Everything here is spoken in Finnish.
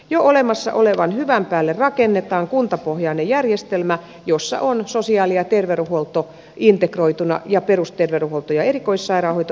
jo olemassa olevan hyvän päälle rakennetaan kuntapohjainen järjestelmä jossa on sosiaali ja terveydenhuolto integroituna ja perusterveydenhuolto ja erikoissairaanhoito integroituna